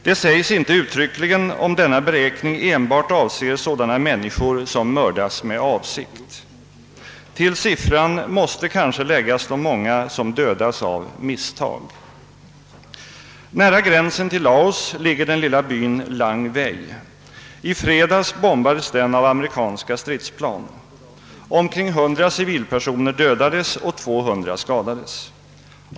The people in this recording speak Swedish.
Det sägs inte uttryckligen om denna beräkning avser enbart sådana människor som mördas med avsikt. Till siffran måste kanske läggas de många som dödas av misstag. Nära gränsen till Laos ligger den lilla byn Lang Vej. I fredags bombades den av amerikanska stridsplan. Omkring 100 civilpersoner dödades och 200 skadades.